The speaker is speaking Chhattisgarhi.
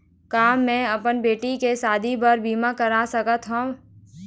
का मैं अपन बेटी के शादी बर बीमा कर सकत हव?